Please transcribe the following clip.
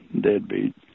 deadbeat